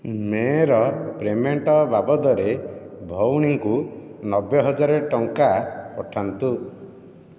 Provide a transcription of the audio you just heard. ମେର payment ବାବଦରେ ଭଉଣୀଙ୍କୁ ନବେ ହଜାର ଟଙ୍କା ପଠାନ୍ତୁ